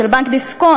של בנק דיסקונט,